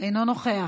אינו נוכח.